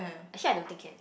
actually I don't think can